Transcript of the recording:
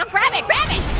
um grab it, grab it,